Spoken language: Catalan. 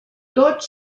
tots